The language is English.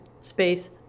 space